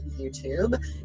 YouTube